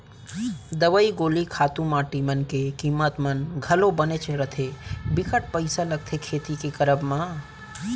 दवई गोली खातू माटी मन के कीमत मन घलौ बनेच रथें बिकट पइसा लगथे खेती के करब म